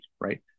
right